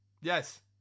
Yes